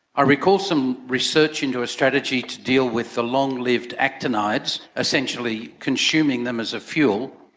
i recall some research into a strategy to deal with the long-lived actinides, essentially consuming them as a fuel,